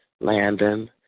Landon